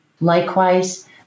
Likewise